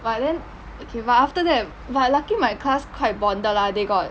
but then okay but after that but lucky my class quite bonded lah they got